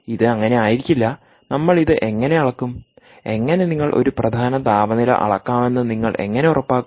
ഇത് അങ്ങനെയായിരിക്കില്ല നമ്മൾ ഇത് എങ്ങനെ അളക്കും എങ്ങനെ നിങ്ങൾ ഒരു പ്രധാന താപനില അളക്കാമെന്ന് നിങ്ങൾ എങ്ങനെ ഉറപ്പാക്കും